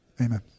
amen